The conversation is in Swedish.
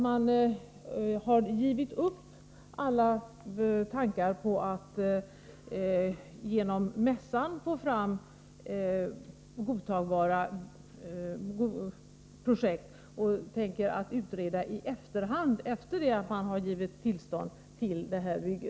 Har man gett upp alla tankar på att genom mässan få fram godtagbara projekt och tänker utreda i efterhand, efter att man har gett tillstånd till detta bygge?